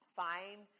fine